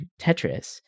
Tetris